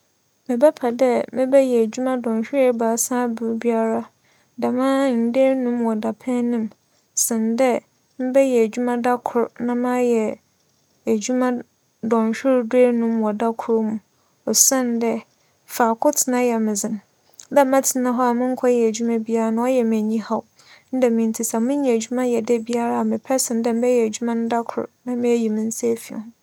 Mebɛpɛ dɛ mebɛyɛ edwuma ndͻnhwer ebiasa aber biara dɛmara nda enum wͻ dapɛn no mu sen dɛ mebɛyɛ edwuma da kor na mayɛ edwuma dͻnhwer duenum wͻ da kor mu osiandɛ, faakor tsena yɛ me dzen. Dɛ mebɛtsena hͻ a mennkɛyɛ edwuma biara no ͻyɛ me enyihaw, ne dɛm ntsi sɛ menya edwuma yɛ dabiara a, mepɛ sen dɛ mebɛyɛ edwuma no da kor na meyi me nsa efi ho.